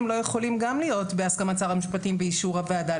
הם לא יכולים להיות בהסכמת שר המשפטים ובאישור הוועדה.